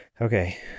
okay